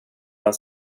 man